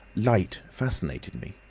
light fascinated me.